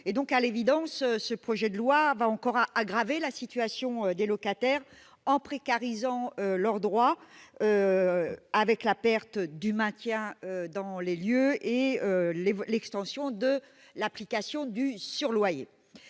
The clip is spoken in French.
et donc à l'évidence, ce projet de loi va encore à aggraver la situation des locataires en précarisant lors droit avec la perte du maintien dans les lieux et les voies de l'extension de l'application du surloyer